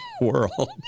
world